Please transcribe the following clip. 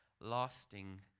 lasting